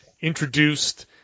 introduced